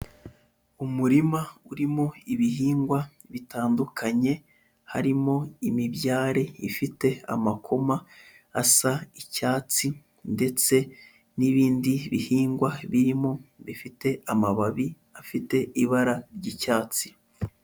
Umurima urimo ibihingwa bitandukanye, harimo imibyare ifite amakoma asa icyatsi ndetse n'ibindi bihingwa birimo bifite amababi afite ibara ry'icyatsi.